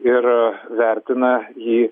ir vertina jį